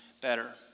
better